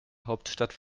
hauptstadt